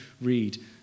read